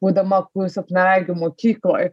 būdama aklųjų silpnaregių mokykloj